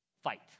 fight